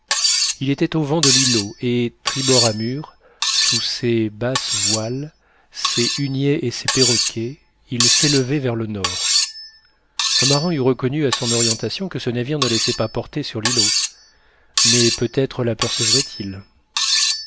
il était au vent de l'îlot et tribord amure sous ses basses voiles ses huniers et ses perroquets il s'élevait vers le nord un marin eût reconnu à son orientation que ce navire ne laissait pas porter sur l'îlot mais peut-être